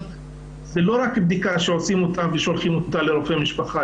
זה לא רק בדיקה שעושים אותה ושולחים אותה לרופא המשפחה.